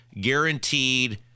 guaranteed